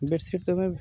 बस सिर्फ़ तुम्हें